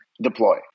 deploy